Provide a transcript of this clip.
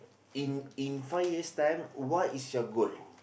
in in five years time what is your goal